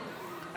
קואליציוניים,